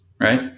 right